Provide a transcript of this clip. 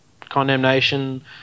condemnation